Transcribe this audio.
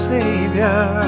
Savior